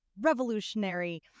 revolutionary